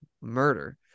murder